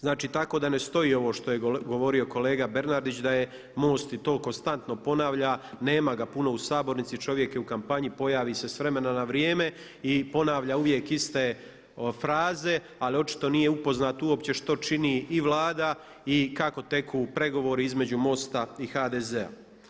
Znači tako da ne stoji ovo što je govorio kolega Bernardić da je MOST i to konstantno ponavlja, nema ga puno u sabornici, čovjek je u kampanji pojavi se s vremena na vrijeme i ponavlja uvijek iste fraze, ali očito nije upoznat što čini i Vlada i kako teku pregovori između MOST-a i HDZ-a.